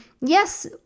yes